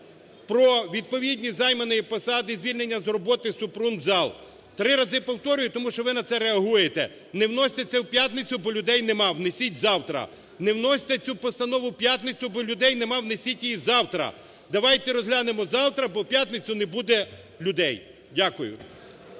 про відповідність займаній посаді і звільнення з роботи Супрун в зал. Три рази повторюю, тому що ви на це реагуєте, не вносьте це в п'ятницю, бо людей немає, внесіть завтра. Не вносьте цю постанову у п'ятницю, бо людей немає, внесіть її завтра. Давайте розглянемо завтра, бо в п'ятницю не буде людей. Дякую.